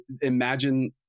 imagine